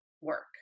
work